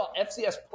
FCS